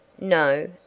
No